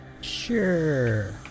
Sure